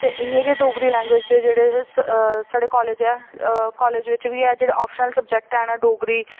ते इ'यां गै डोगरी लैंग्वेज़ दे जेह्ड़े हे साढ़े कॉलेज ऐ कॉलेज बिच बी ऐ जेह्ड़े ऑप्शनल सब्जेक्ट हैन डोगरी